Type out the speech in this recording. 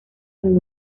con